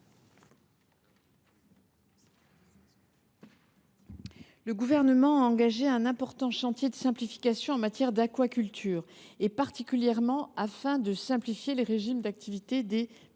Le Gouvernement a engagé un important chantier de simplification en matière d’aquaculture, en particulier pour simplifier les régimes d’activité des